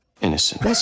Innocent